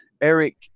Eric